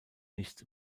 nichts